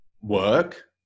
work